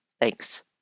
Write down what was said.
Thanks